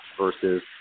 versus –